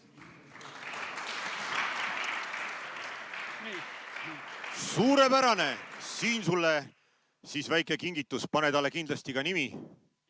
Suurepärane! Siin sulle siis väike kingitus. Pane talle kindlasti ka nimi.